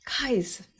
guys